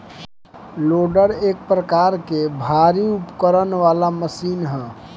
loader एक प्रकार के भारी उपकरण वाला मशीन ह